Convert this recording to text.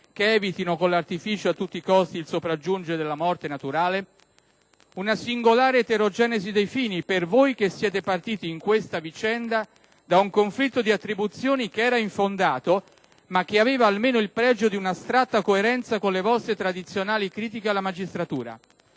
che evitino con l'artificio, a tutti i costi, il sopraggiungere della morte naturale? È una singolare eterogenesi dei fini, per voi che siete partiti, in questa vicenda, da un conflitto di attribuzioni che era infondato, ma che aveva almeno il pregio di un'astratta coerenza con le vostre tradizionali critiche alla magistratura.